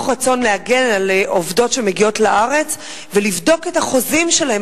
רצון להגן על עובדות שמגיעות לארץ ולבדוק את החוזים שלהן,